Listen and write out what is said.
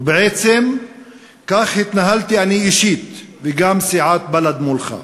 ובעצם כך התנהלתי אני אישית, וגם סיעת בל"ד, מולך.